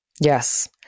Yes